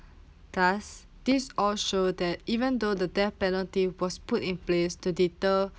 thus these all show that even though the death penalty was put in place to deter